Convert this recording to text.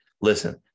listen